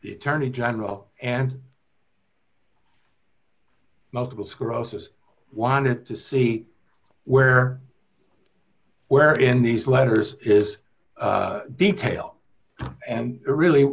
the attorney general and multiple sclerosis wanted to see where where in these letters is detail and